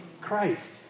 Christ